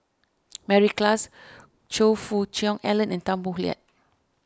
Mary Klass Choe Fook Cheong Alan and Tan Boo Liat